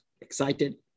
excited